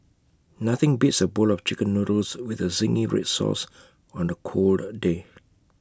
nothing beats A bowl of Chicken Noodles with the Zingy Red Sauce on A cold day